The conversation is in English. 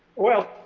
well,